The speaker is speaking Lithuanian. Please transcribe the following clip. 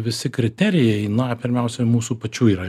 visi kriterijai na pirmiausia mūsų pačių yra